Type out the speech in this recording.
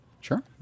Sure